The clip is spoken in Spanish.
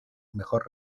mejor